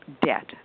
debt